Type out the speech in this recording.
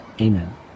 Amen